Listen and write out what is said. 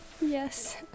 yes